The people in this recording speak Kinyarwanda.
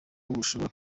bushobora